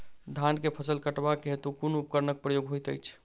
धान केँ फसल कटवा केँ हेतु कुन उपकरणक प्रयोग होइत अछि?